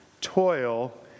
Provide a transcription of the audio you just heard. toil